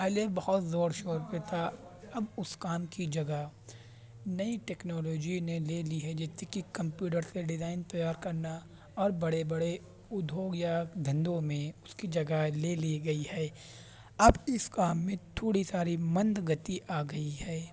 پہلے بہت زور شور پہ تھا اب اس کام کی جگہ نئی ٹیکنالوجی نے لے لی ہے جیسے کے کمپیوٹر سے ڈیزائن تیار کرنا اور بڑے بڑے ادھوگ یا دھندوں میں اس کی جگہ لے لی گئی ہے اب اس کام میں تھوڑی ساری مند گتی آ گئی ہے